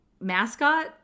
mascot